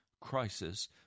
crisis